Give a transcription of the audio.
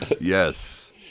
Yes